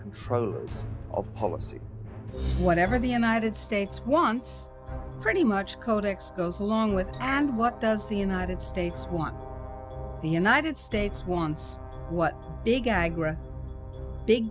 controllers of policy whatever the united states wants pretty much codex goes along with and what does the united states want the united states wants what big guy great big